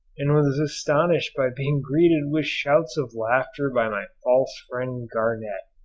and was astonished by being greeted with shouts of laughter by my false friend garnett.